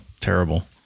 terrible